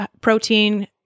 protein